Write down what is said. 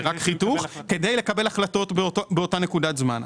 רק חיתוך כדי לקבל החלטות באותה נקודת זמן.